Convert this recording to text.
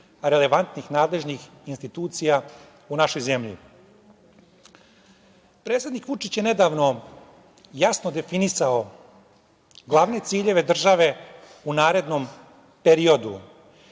relevantnih nadležnih institucija u našoj zemlji. Predsednik Vučić je nedavno jasno definisao glavne ciljeve države u narednom periodu